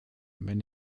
wenn